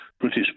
British